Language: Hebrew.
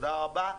תודה רבה.